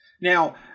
Now